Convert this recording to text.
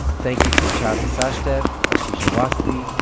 thank you to chhavi sachdev, ashish awasthi,